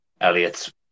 Elliot's